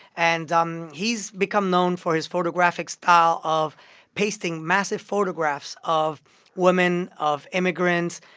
and um he's become known for his photographic style of pasting massive photographs of women, of immigrants,